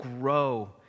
grow